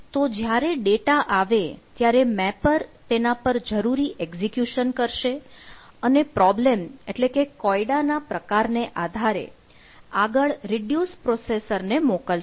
તો જ્યારે ડેટા આવે ત્યારે મેપર તેના પર જરૂરી એક્ઝીક્યુશન કરશે અને પ્રોબ્લેમ એટલે કે કોયડાના પ્રકારને આધારે આગળ રીડ્યુસ પ્રોસેસર ને મોકલશે